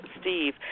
Steve